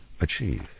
achieve